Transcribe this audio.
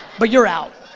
but you're out,